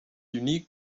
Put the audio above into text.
unique